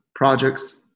projects